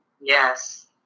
yes